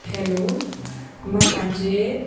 hello मां पंहिंजे